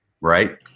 right